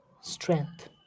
strength